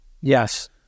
Yes